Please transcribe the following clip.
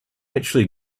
actually